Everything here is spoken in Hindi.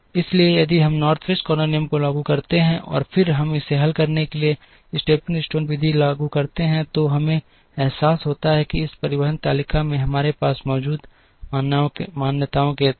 इसलिए यदि हम नॉर्थ वेस्ट कॉर्नर नियम को लागू करते हैं और फिर हम इसे हल करने के लिए स्टेपिंग स्टोन विधि लागू करते हैं तो हमें एहसास होता है कि इस परिवहन तालिका में हमारे पास मौजूद मान्यताओं के तहत